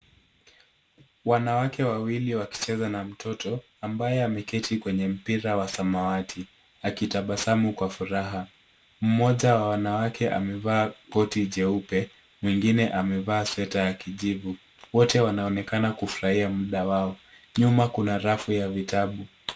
Wanawake wawili wakicheza na mtoto ambaye ameketi kwenye mpiira wa samawati akitabasamu kwa furaha. Mmoja Wa wanawake amevaaa Koti jeupe na mwingine amevaaa sweta ya kujibu, wote wanaoneka a kufurahia mda wao, nyuma Kuna rafu ya vitabu.